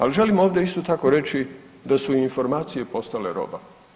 Ali, želim ovde isto tako reći da su i informacije postale roba.